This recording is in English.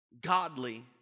godly